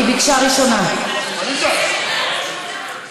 החוק שלה, את לא יכולה.